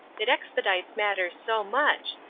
it expedites matters so much.